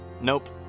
Nope